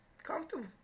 Comfortable